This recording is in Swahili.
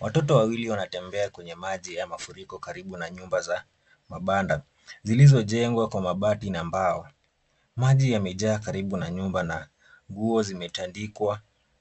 Watoto wawili wanatembea kwenye maji ya mafuriko karibu na nyumba za mabanda, zilizojengwa kwa mabati na mbao. Maji yamejaa karibu na nyumba na nguo zimetandikwa